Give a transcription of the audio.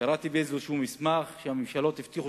קראתי במסמך כלשהו שהממשלות הבטיחו